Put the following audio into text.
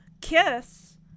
kiss